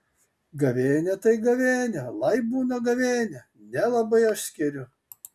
gavėnia tai gavėnia lai būna gavėnia nelabai aš skiriu